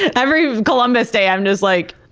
and every columbus day i'm just like,